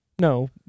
No